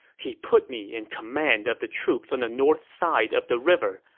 he put me in command of the troops on the north side of the river,